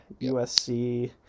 USC